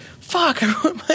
Fuck